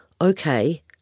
okay